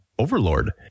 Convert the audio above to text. overlord